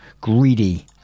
Greedy